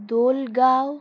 Dalgaon